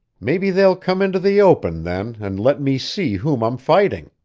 maybe they'll come into the open, then, and let me see whom i'm fighting!